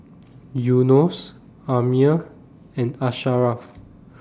Yunos Ammir and Asharaff